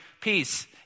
peace